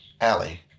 Allie